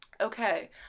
Okay